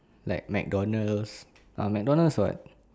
like McDonald's ah McDonald's [what]